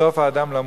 סוף האדם למות,